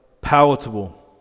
palatable